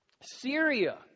Syria